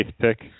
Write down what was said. pick